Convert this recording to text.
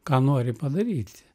ką nori padaryti